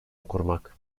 kurmak